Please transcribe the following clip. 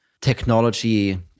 technology